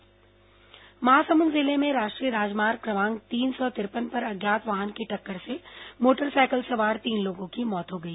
हादसा महासमुंद जिले में राष्ट्रीय राजमार्ग क्रमांक तीन सौ तिरपन पर अज्ञात वाहन की टक्कर से मोटरसाइकिल सवार तीन लोगों की मौत हो गई